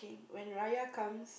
when raya comes